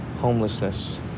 homelessness